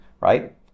right